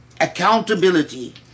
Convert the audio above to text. accountability